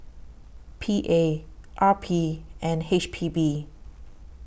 P A R P and H P B